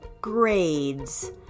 grades